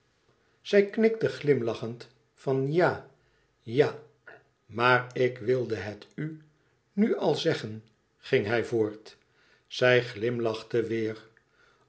zij knikte glimlachend van ja ja maar ik wilde het u toch nu al zeggen ging hij voort zij glimlachte weêr